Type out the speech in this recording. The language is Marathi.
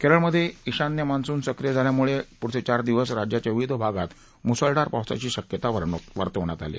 केरळमध्ये ईशान्य मान्सून सक्रिय झाल्यामुळे पुढले चार दिवस राज्याच्या विविध भागात मुसळधार पावसाची शक्यता वर्तवण्यात आली आहे